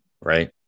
Right